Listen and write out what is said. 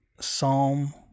Psalm